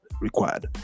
required